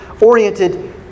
oriented